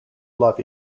love